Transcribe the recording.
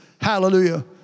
Hallelujah